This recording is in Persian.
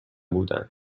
بودن